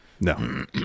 No